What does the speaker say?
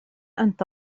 أنت